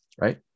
Right